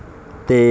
ਅਤੇ